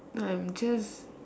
no I'm just